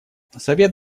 совет